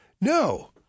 No